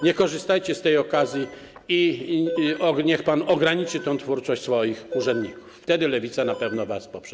Nie korzystajcie z tej okazji i niech pan ograniczy twórczość swoich urzędników, wtedy Lewica na pewno was poprze.